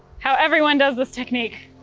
how everyone does this technique.